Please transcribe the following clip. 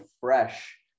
fresh